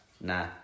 nah